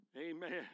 Amen